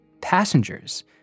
passengers